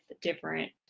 different